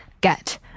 get